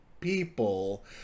people